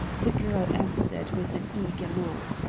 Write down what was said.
the girl answered with an eager nod.